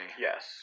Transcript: Yes